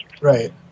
Right